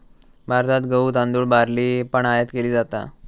भारतात गहु, तांदुळ, बार्ली पण आयात केली जाता